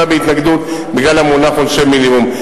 בהתנגדות בגלל המונח "עונשי מינימום".